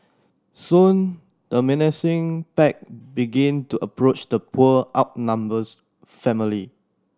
soon the menacing pack begin to approach the poor outnumbers family